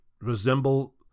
resemble